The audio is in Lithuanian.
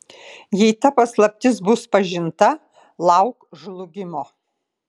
jei ta paslaptis bus pažinta lauk žlugimo